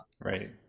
right